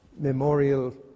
memorial